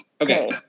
okay